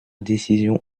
décision